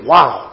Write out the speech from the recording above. Wow